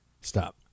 Stop